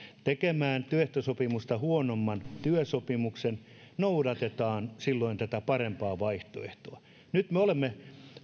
tekemään työehtosopimusta huonomman työsopimuksen noudatetaan silloin tätä parempaa vaihtoehtoa nyt me olemme